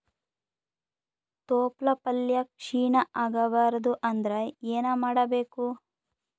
ತೊಪ್ಲಪಲ್ಯ ಕ್ಷೀಣ ಆಗಬಾರದು ಅಂದ್ರ ಏನ ಮಾಡಬೇಕು?